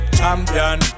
champion